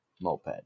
moped